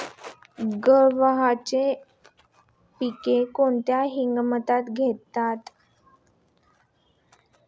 गव्हाचे पीक कोणत्या हंगामात घेतात?